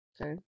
Okay